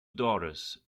daughters